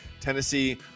Tennessee